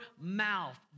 mouth